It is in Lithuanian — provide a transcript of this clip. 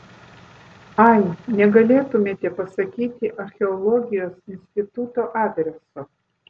ai negalėtumėte pasakyti archeologijos instituto adreso